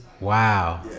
Wow